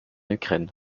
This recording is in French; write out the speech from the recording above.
ukraine